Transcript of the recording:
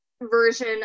version